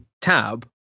tab